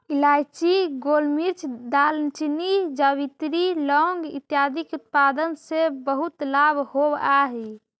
इलायची, गोलमिर्च, दालचीनी, जावित्री, लौंग इत्यादि के उत्पादन से बहुत लाभ होवअ हई